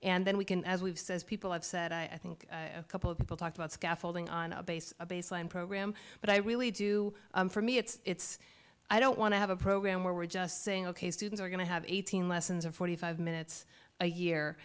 and then we can as we've says people have said i think couple of people talked about scaffolding on a base a baseline program but i really do for me it's i don't want to have a program where we're just saying ok students are going to have eighteen lessons or forty five minutes a year